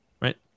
Right